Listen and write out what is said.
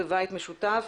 בבית משותף),